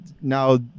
now